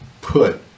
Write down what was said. put